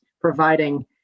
providing